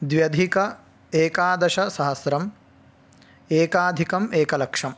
द्व्यधिक एकादशसहस्रम् एकाधिकम् एकलक्षम्